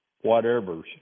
whatever's